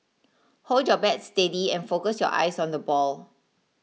hold your bat steady and focus your eyes on the ball